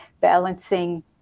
balancing